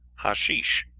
hasheesh,